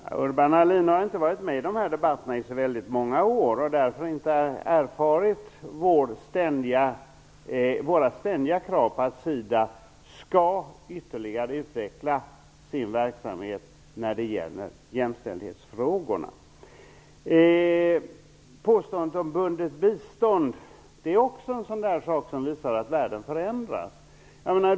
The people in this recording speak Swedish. Fru talman! Urban Ahlin har inte varit med i de här debatterna i så många år. Därför har han inte erfarit våra ständiga krav på att SIDA ytterligare skall utveckla sin verksamhet när det gäller jämställdhetsfrågorna. Påståendet om bundet bistånd visar också att världen förändras.